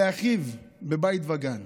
לאחיו בבית וגן.